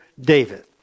David